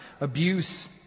Abuse